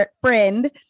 friend